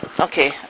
Okay